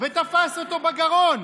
ותפס אותו בגרון.